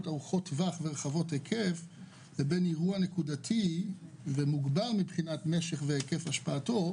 ארוכות טווח לבין אירוע נקודתי ומוגבל מבחינת משך והשפעה,